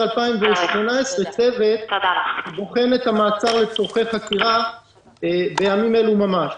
2018 צוות הבוחן את המעצר לצורכי חקירה בימים אלו ממש.